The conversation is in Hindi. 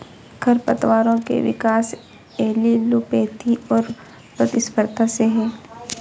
खरपतवारों के विकास एलीलोपैथी और प्रतिस्पर्धा से है